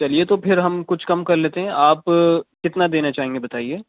چلیے تو پھر ہم کچھ کم کر لیتے ہیں آپ کتنا دینا چاہیں گے بتائیے